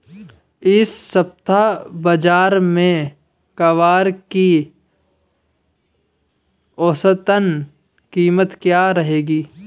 इस सप्ताह बाज़ार में ग्वार की औसतन कीमत क्या रहेगी?